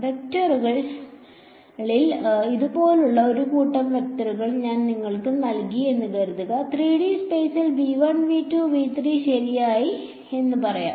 വെക്ടറിൽ ഇതുപോലുള്ള ഒരു കൂട്ടം വെക്ടറുകൾ ഞാൻ നിങ്ങൾക്ക് നൽകി എന്ന് കരുതുക 3D സ്പെയ്സിൽ ശരി എന്ന് പറയാം